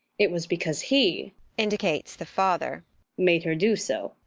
it was because he indicates the father made her do so.